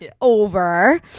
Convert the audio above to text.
over